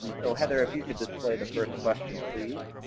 so, heather, if you could just play the first question, please?